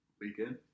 weekend